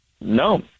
no